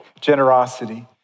generosity